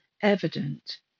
evident